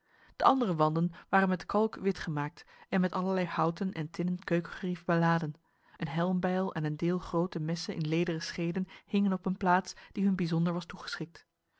de andere wanden waren met kalk wit gemaakt en met allerlei houten en tinnen keukengerief beladen een helmbijl en een deel grote messen in lederen scheden hingen op een plaats die hun bijzonder was toegeschikt